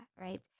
Right